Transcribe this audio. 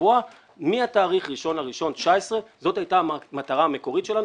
הקבוע מתאריך 1 בינואר 2019. זו הייתה המטרה המקורית שלנו.